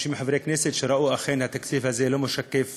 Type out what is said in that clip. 50 חברי כנסת שראו כי אכן התקציב הזה לא משקף